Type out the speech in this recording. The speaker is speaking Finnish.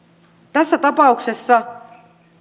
tässä tapauksessa